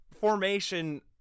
formation